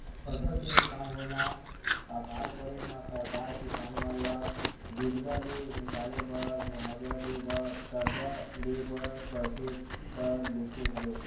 फसल के नुकसान होय म अकाल परे म सरकार किसान मन ल बिपदा ले निकाले बर मुवाजा देय बर करजा ले बर परथे त लेथे घलोक